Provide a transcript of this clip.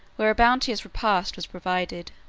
where a bounteous repast was provided.